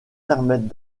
permettent